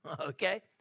Okay